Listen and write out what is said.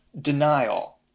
denial